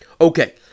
Okay